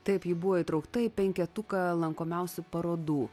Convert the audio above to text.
taip ji buvo įtraukta į penketuką lankomiausių parodų